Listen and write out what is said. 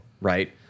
right